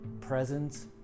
presence